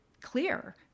clear